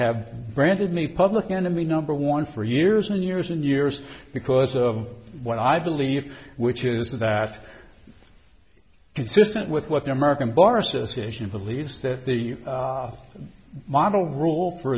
have branded me public enemy number one for years and years and years because of what i believe which is with that consistent with what the american bar association believes that the model rule for